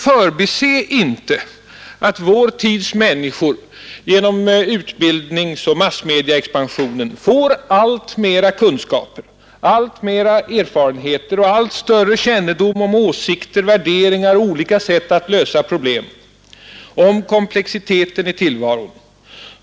Förbise dock inte att vår tids människor genom utbildningsoch massmediaexpansionen har fått allt mera kunskaper, allt mera erfarenheter och allt större kännedom om åsikter, värderingar och olika sätt att lösa problem, om komplexiteten i tillvaron.